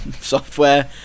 software